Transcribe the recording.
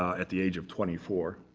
at the age of twenty four,